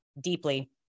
Deeply